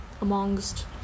Amongst